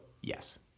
yes